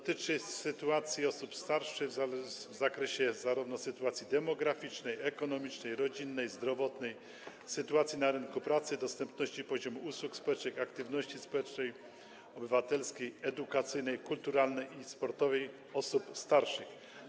Dotyczy on sytuacji osób starszych w zakresie sytuacji demograficznej, ekonomicznej, rodzinnej i zdrowotnej, sytuacji na rynku pracy, dostępności i poziomu usług społecznych oraz aktywności społecznej, obywatelskiej, edukacyjnej, kulturalnej i sportowej osób starszych.